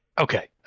Okay